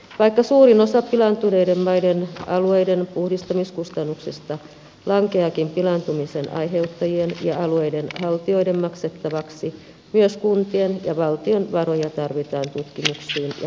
vaikka suurin osa pilaantuneiden alueiden puhdistamiskustannuksista lankeaakin pilaantumisen aiheuttajien ja alueiden haltijoiden maksettavaksi myös kuntien ja valtion varoja tarvitaan tutkimuksiin ja kunnostustoimiin